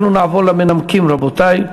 אנחנו נעבור למנמקים, רבותי.